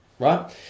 right